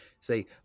say